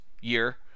year